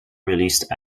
released